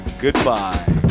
Goodbye